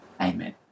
amen